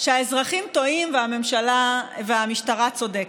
שהאזרחים טועים והמשטרה צודקת.